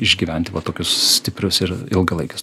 išgyventi va tokius stiprius ir ilgalaikius